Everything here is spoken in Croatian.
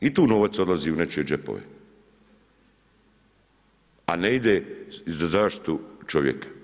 I tu novac odlazi u nečije džepove, a ne ide za zaštitu čovjeka.